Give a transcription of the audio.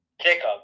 Jacob